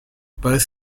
both